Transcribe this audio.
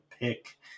pick